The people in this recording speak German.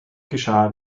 geschah